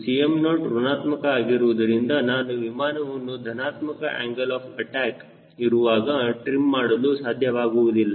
Cm0 ಋಣಾತ್ಮಕ ಆಗಿರುವುದರಿಂದ ನಾನು ವಿಮಾನವನ್ನು ಧನಾತ್ಮಕ ಆಂಗಲ್ ಆಫ್ ಅಟ್ಯಾಕ್ ಇರುವಾಗ ಟ್ರಿಮ್ ಮಾಡಲು ಸಾಧ್ಯವಾಗುವುದಿಲ್ಲ